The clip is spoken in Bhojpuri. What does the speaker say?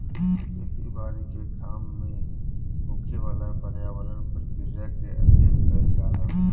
खेती बारी के काम में होखेवाला पर्यावरण प्रक्रिया के अध्ययन कईल जाला